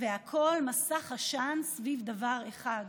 והכול מסך עשן סביב דבר אחד: